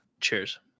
Cheers